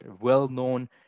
well-known